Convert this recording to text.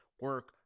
Work